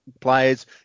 players